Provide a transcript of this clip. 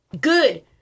good